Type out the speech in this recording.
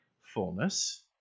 fullness